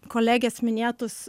kolegės minėtus